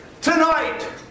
tonight